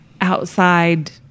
outside